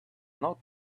not